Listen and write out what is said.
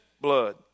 blood